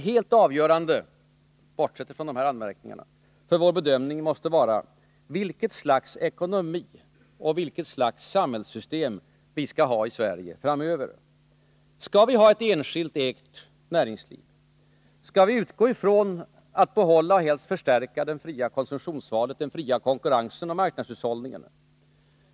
Helt avgörande — bortsett från de här anmärkningarna — för vår bedömning måste vara vilket slags ekonomi och vilket slags samhällssystem vi skall ha i Sverige framöver. Skall vi ha ett enskilt ägt näringsliv? Skall vi utgå ifrån att vi skall behålla och helst förstärka det fria konsumtionsvalet, den fria konkurrensen och marknadshushållningen?